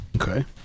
Okay